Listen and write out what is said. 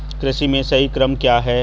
कृषि में सही क्रम क्या है?